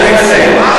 אני מסיים.